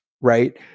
Right